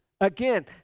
Again